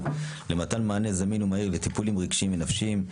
למתן מענה זמין ומהיר לטיפולים רגשיים ונפשיים,